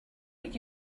what